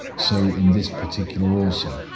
so in this particular also,